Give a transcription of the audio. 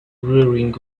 rearing